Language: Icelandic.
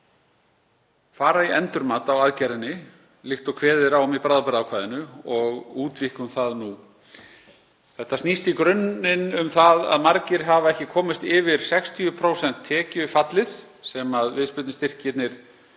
því að fara í endurmat á aðgerðinni líkt og kveðið er á um í bráðabirgðaákvæðinu og útvíkkum það nú. Þetta snýst í grunninn um það að margir hafa ekki komist yfir 60% tekjufallið sem viðspyrnustyrkirnir kveða